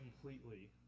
completely